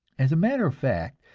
as a matter of fact,